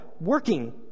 working